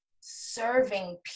serving